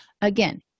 again